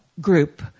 group